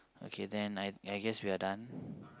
okay then I I guess we are done